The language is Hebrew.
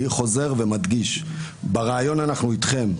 אני חוזר ומדגיש שברעיון אנחנו אתכם,